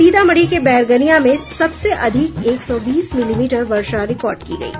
सीतामढ़ी के बैरगनिया में सबसे अधिक एक सौ बीस मिलीमीटर वर्षा रिकार्ड की गयी